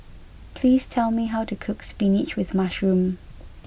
please tell me how to cook spinach with mushroom